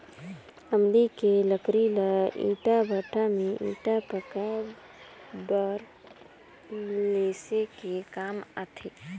अमली के लकरी ल ईटा भट्ठा में ईटा पकाये बर लेसे के काम आथे